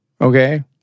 okay